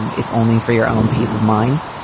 and if only for your own peace of mind.